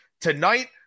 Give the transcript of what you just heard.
tonight